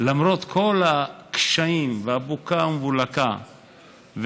למרות כל הקשיים והבוקה והמבולקה,